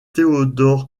théodore